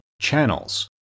channels